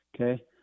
Okay